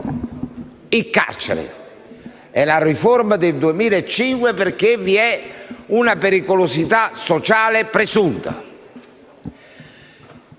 in base alla riforma del 2005, perché vi è una pericolosità sociale presunta.